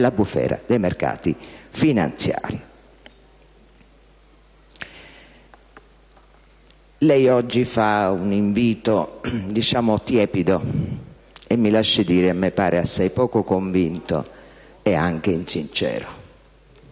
bufera dei mercati finanziari. Lei oggi rivolge un invito tiepido - e mi lasci dire che a me pare assai poco convinto e anche insincero